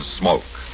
smoke